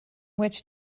which